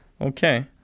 Okay